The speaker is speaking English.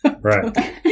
Right